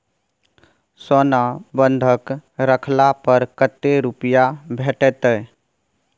सोना बंधक रखला पर कत्ते रुपिया भेटतै?